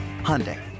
Hyundai